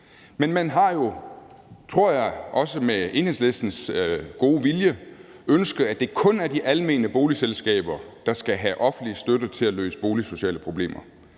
Men man har jo, også med Enhedslistens gode vilje, tror jeg, ønsket, at det kun er de almene boligselskaber, der skal have offentlig støtte til at løse boligsociale problemer.